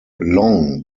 long